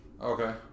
Okay